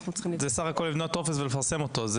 זה בסך הכול לבנות טופס ולפרסם אותו.